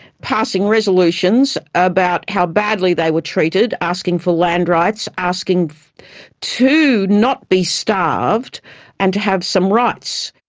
passing resolutions about how badly they were treated, asking for land rights, asking to not be starved and to have some rights.